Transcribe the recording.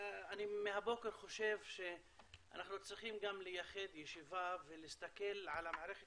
מהבוקר אני חושב שאנחנו צריכים גם לייחד ישיבה ולהסתכל על מערכת